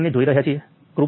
25 મિલિસિમેન છે જે 1